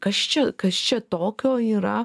kas čia kas čia tokio yra